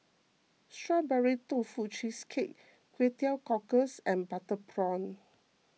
Strawberry Tofu Cheesecake Kway Teow Cockles and Butter Prawn